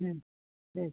ठीक